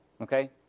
Okay